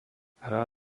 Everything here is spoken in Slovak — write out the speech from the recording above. hra